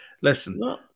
listen